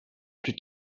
plus